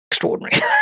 extraordinary